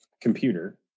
computer